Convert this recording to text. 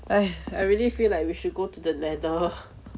!hais! I really feel like we should go to the nether